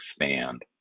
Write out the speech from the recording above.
expand